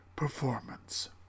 performance